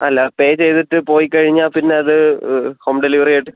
അല്ല പേ ചെയ്തിട്ട് പോയി കഴിഞ്ഞാൽ പിന്നെയത് ഹോം ഡെലിവെറി ആയിട്ട്